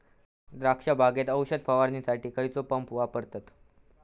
द्राक्ष बागेत औषध फवारणीसाठी खैयचो पंप वापरतत?